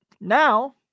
now